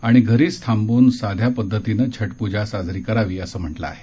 आणि घरीच थांबून साध्या पद्धतीनेच छठप्रजा साजरी करावी असं म्हटलं आहे